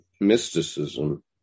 mysticism